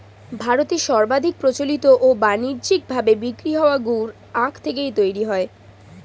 ভারতে সর্বাধিক প্রচলিত ও বানিজ্যিক ভাবে বিক্রি হওয়া গুড় আখ থেকেই তৈরি হয়